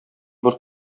бер